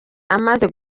amaze